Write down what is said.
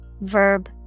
Verb